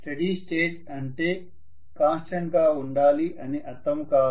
steady state అంటే constant గా ఉండాలి అని అర్థము కాదు